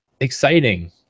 exciting